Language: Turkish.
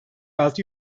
altı